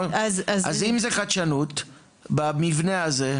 אז אם זה חדשנות במבנה הזה,